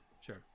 sure